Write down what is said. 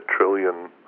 trillion